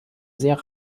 sehr